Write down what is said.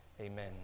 Amen